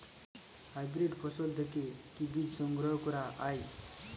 Hybrid ফসল থেকে কি বীজ সংগ্রহ করা য়ায়?